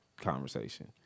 conversation